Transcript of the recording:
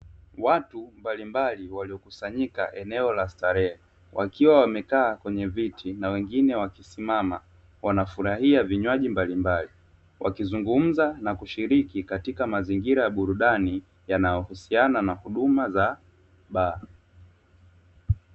Watu mbalimbali waliokusanyika eneo la starehe, wakiwa wamekaa kwenye viti na wengine wakisimama, wanafurahia vinywaji mbalimbali, wakizungumza na kushiriki katika mazingira ya burudani yanayohusiana na huduma za baa.